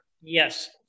Yes